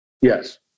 Yes